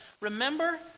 remember